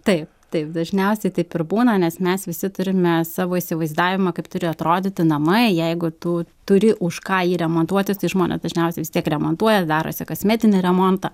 taip taip dažniausiai taip ir būna nes mes visi turime savo įsivaizdavimą kaip turi atrodyti namai jeigu tu turi už ką jį remontuotis tai žmonės dažniausiai vis tiek remontuoja darosi kosmetinį remontą